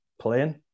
playing